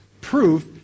proof